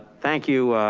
thank you,